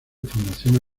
formación